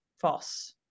False